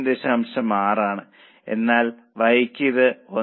6 ആണ് എന്നാൽ Y യ്ക്ക് ഇത് 1